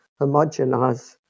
homogenize